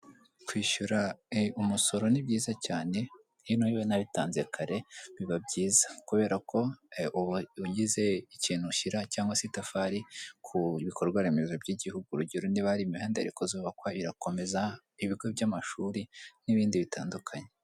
Kwishyura umusoro ni byiza cyane yewe iyo unabitanze kare biba byiza, kubera ko uba ugize ikintu ushyira cyangwa se itafari ku bikorwa remezo by'igihugu, urugero niba hari imihanda yari kuzubakwa irakomeza, ibigo by'amashuri n'ibindi bitandukanye.